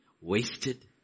wasted